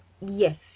yes